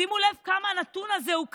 שימו לב כמה הנתון הזה הוא קשה.